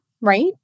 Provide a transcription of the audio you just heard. right